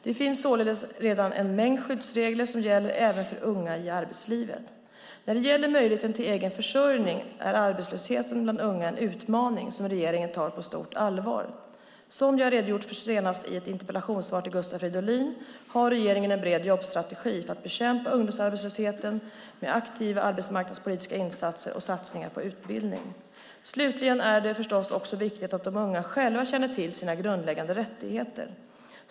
Det finns således redan en mängd skyddsregler som gäller även för unga i arbetslivet. När det gäller möjligheten till egen försörjning är arbetslösheten bland unga en utmaning som regeringen tar på stort allvar. Som jag har redogjort för senast i ett interpellationssvar till Gustav Fridolin har regeringen en bred jobbstrategi för att bekämpa ungdomsarbetslösheten med aktiva arbetsmarknadspolitiska insatser och satsningar på utbildning. Slutligen är det förstås också viktigt att de unga själva känner till sina grundläggande rättigheter.